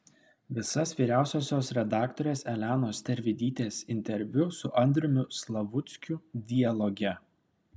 visas vyriausiosios redaktorės elenos tervidytės interviu su andriumi slavuckiu dialoge